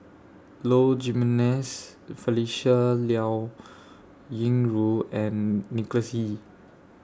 Low Jimenez Felicia Liao Yingru and Nicholas Ee